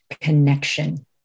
Connection